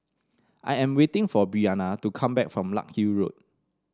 I am waiting for Breana to come back from Larkhill Road